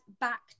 back